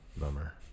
Bummer